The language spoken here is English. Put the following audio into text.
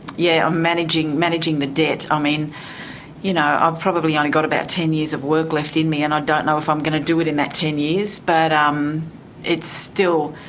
yeah managing managing the debt. um you know i've probably only got about ten years of work left in me and i don't know if i'm going to do it in that ten years, but um it's still,